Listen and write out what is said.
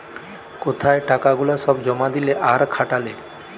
কোথায় টাকা গুলা সব জমা দিলে আর খাটালে